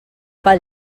pel